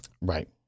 Right